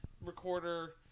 recorder